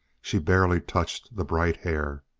she barely touched the bright hair.